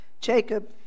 Jacob